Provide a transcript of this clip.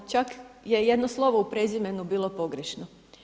Čak je jedno slovo u prezimenu bilo pogrešno.